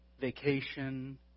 vacation